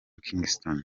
kingston